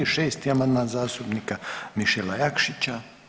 6. amandman zastupnika Mišela Jakšića.